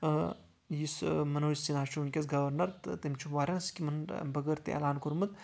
یُس منوج سنہا چھُ ؤنٛۍکیٚس گورنر تہٕ تٔمۍ چھُ واریاہَن سکیٖمَن ہُنٛد اَمہِ بغٲر تہِ اعلان کوٚرمُت